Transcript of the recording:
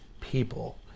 people